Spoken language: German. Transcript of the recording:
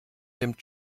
dem